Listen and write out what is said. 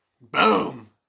Boom